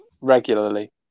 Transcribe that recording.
Regularly